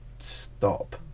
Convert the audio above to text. stop